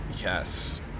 Yes